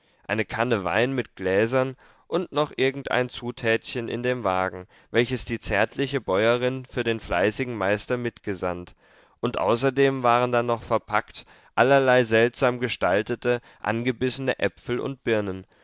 eine kanne wein mit gläsern und noch irgendein zutätchen in dem wagen welches die zärtliche bäuerin für den fleißigen meister mitgesandt und außerdem waren da noch verpackt allerlei seltsam gestaltete angebissene äpfel und birnen